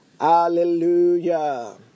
Hallelujah